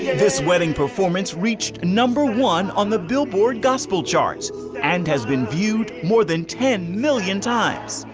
yeah this wedding performance reached number one on the billboard gospel charts and has been viewed more than ten million times.